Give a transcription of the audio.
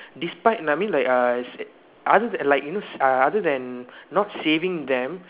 despite no I mean like uh I said other then like use uh other then not saving them